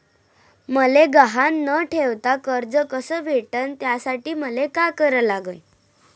मले गहान न ठेवता कर्ज कस भेटन त्यासाठी मले का करा लागन?